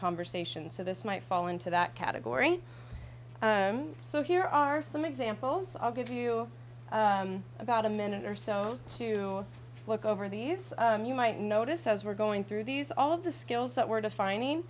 conversations so this might fall into that category so here are some examples i'll give you about a minute or so to look over these you might notice as we're going through these all of the skills that we're defining